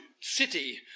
city